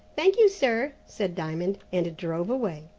thank you, sir, said diamond, and drove away.